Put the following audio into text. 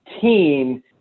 team